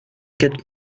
quatre